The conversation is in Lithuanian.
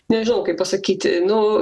nežinau kaip pasakyti nu